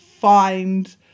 find